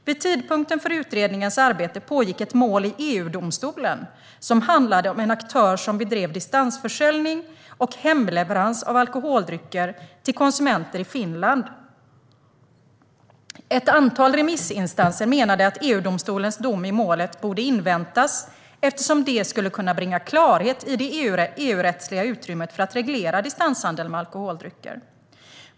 Vid tidpunkten för utredningens arbete pågick ett mål i EU-domstolen som handlade om en aktör som bedrev distansförsäljning och hemleverans av alkoholdrycker till konsumenter i Finland. Ett antal remissinstanser menade att EU-domstolens dom i målet borde inväntas eftersom den skulle kunna bringa klarhet i det EU-rättsliga utrymmet för att reglera distanshandel med alkoholdrycker.